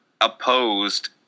opposed